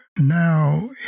now